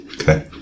Okay